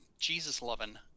Jesus-loving